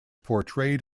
portrayed